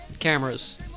cameras